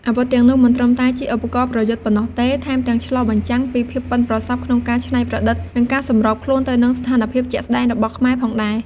អាវុធទាំងនោះមិនត្រឹមតែជាឧបករណ៍ប្រយុទ្ធប៉ុណ្ណោះទេ ថែមទាំងឆ្លុះបញ្ចាំងពីភាពប៉ិនប្រសប់ក្នុងការច្នៃប្រឌិត និងការសម្របខ្លួនទៅនឹងស្ថានភាពជាក់ស្តែងរបស់ខ្មែរផងដែរ។